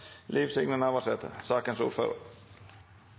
Liv Signe Navarsete